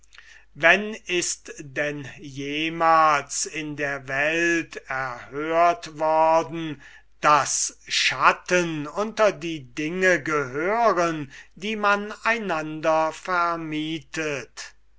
wenn ist denn jemals in der welt erhört worden daß schatten unter die dinge gehören die man einander vermietet